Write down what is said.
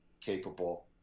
capable